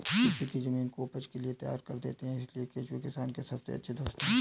केंचुए जमीन को उपज के लिए तैयार कर देते हैं इसलिए केंचुए किसान के सबसे अच्छे दोस्त होते हैं